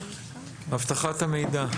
אבטחת המידע,